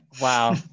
Wow